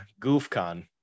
GoofCon